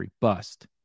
bust